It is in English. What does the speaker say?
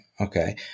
okay